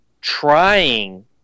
trying